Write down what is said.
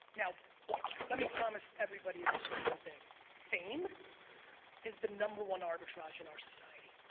now let me promise everybody in this room one thing fame is the number one arbitrage in our society.